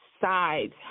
sides